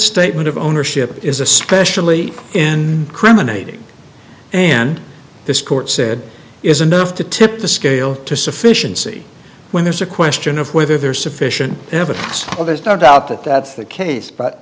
statement of ownership is especially in criminality and this court said is enough to tip the scale to sufficiency when there's a question of whether there's sufficient evidence or there's no doubt that that's the case but